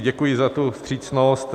Děkuji za tu vstřícnost.